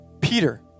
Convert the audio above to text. Peter